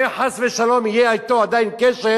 שמא חס וחלילה יהיה אתו עדיין קשר.